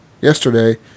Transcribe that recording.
yesterday